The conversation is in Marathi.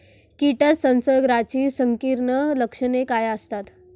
कीटक संसर्गाची संकीर्ण लक्षणे काय असतात?